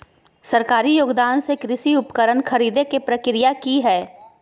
सरकारी योगदान से कृषि उपकरण खरीदे के प्रक्रिया की हय?